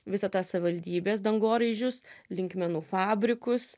visą tą savivaldybės dangoraižius linkmenų fabrikus